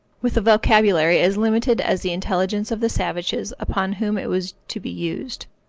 with a vocabulary as limited as the intelligence of the savages upon whom it was to be used.